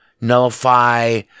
nullify